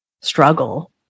struggle